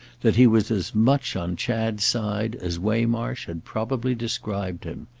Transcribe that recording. that he was as much on chad's side as waymarsh had probably described him.